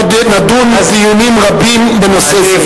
עוד נדון דיונים רבים בנושא זה.